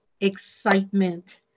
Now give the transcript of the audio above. excitement